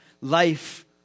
life